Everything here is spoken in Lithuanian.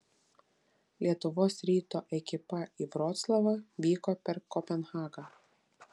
lietuvos ryto ekipa į vroclavą vyko per kopenhagą